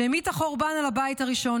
שהמיטה חורבן על הבית הראשון,